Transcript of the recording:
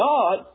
God